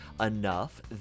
enough